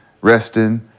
resting